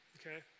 okay